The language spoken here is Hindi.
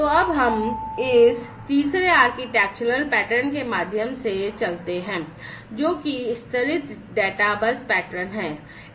तो अब हम इस तीसरे आर्किटेक्चरल पैटर्न के माध्यम से चलते हैं जो कि स्तरित डेटाबस पैटर्न है